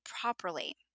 properly